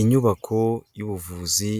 Inyubako y'ubuvuzi